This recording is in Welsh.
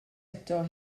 eto